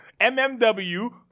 MMW